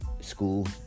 School